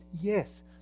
Yes